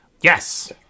Yes